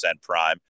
Prime